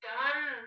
done